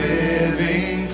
living